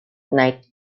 night